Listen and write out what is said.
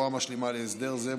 וכהוראה משלימה להסדר זה,